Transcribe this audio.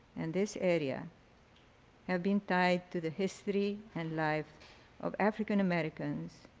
and this area have been tied to the history and life of african-americans